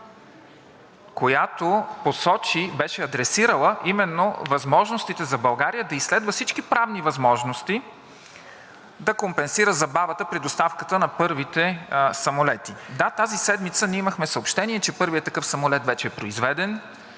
която посочи – беше адресирала именно възможностите за България да изследва всички правни възможности, да компенсира забавата при доставката на първите самолети. Да, тази седмица ние имахме съобщение, че първият такъв самолет вече е произведен